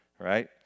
right